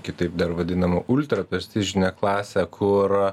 kitaip dar vadinama ultra prestižinė klasė kur